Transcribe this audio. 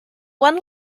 one